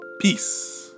peace